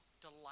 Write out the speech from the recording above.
delight